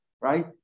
right